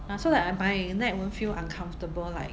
ah so like my neck won't feel uncomfortable like